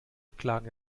klagen